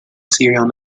serial